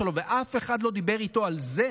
ואף אחד לא דיבר איתו על זה